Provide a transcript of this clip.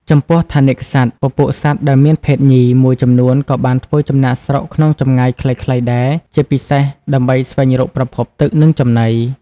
ចំពោះ ថនិកសត្វ ពពួកសត្វដែលមានភេទញី មួយចំនួនក៏បានធ្វើចំណាកស្រុកក្នុងចម្ងាយខ្លីៗដែរ ជាពិសេសដើម្បីស្វែងរកប្រភពទឹក និងចំណី។